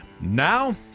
now